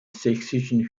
sächsischen